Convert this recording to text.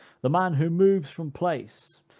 the man who moves from place,